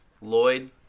Lloyd